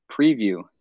Preview